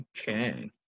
Okay